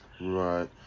Right